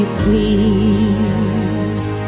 please